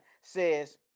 says